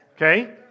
Okay